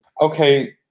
okay